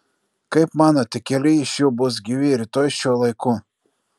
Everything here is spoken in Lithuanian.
kaip manote keli iš jų bus gyvi rytoj šiuo laiku